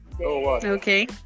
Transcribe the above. Okay